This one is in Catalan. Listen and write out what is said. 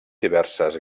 diverses